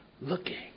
looking